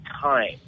time